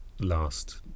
Last